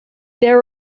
there